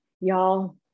Y'all